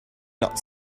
not